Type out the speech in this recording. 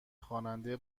خواننده